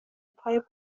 پای